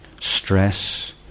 stress